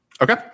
okay